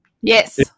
Yes